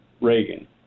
Reagan